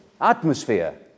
atmosphere